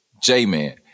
J-Man